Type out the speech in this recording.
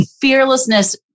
fearlessness